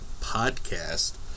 Podcast